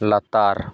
ᱞᱟᱛᱟᱨ